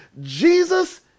Jesus